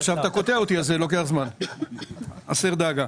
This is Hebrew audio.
הסר דאגה.